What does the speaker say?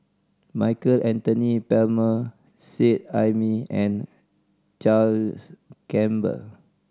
Michael Anthony Palmer Seet Ai Mee and Charles Gamba